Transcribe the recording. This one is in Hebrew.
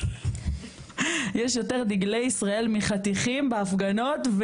יש יותר דגלי ישראל מחתיכים בהפגנות,